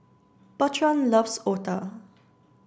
Bertrand loves Otah